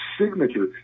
signature